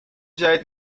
جدید